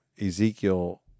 Ezekiel